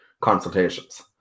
consultations